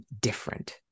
different